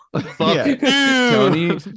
Tony